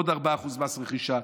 עוד 4% מס רכישה.